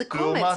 זה קומץ,